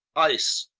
ice,